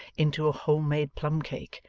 into a home-made plum-cake,